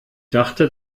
dachte